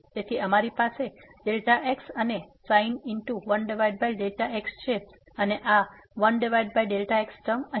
તેથી અમારી પાસે x અને sin 1x છે અને આ 1x ટર્મ અહીં છે